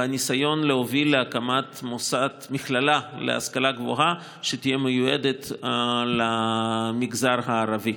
בניסיון להוביל להקמת מכללה להשכלה גבוהה שתהיה מיועדת למגזר הערבי.